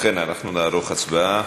ובכן, אנחנו נערוך הצבעה.